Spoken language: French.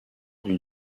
d’une